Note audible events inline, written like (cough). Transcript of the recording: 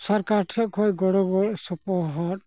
ᱥᱚᱨᱠᱟᱴᱷᱮᱱ ᱠᱷᱚᱱ ᱜᱚᱲᱚ (unintelligible) ᱥᱚᱯᱚᱦᱚᱫ